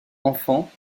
enfant